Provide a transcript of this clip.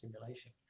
simulation